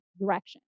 direction